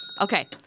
Okay